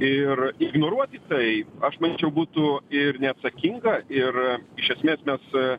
ir ignoruoti tai aš manyčiau būtų ir neatsakinga ir iš esmės mes